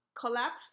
Collapse